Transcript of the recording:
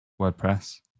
WordPress